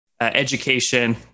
education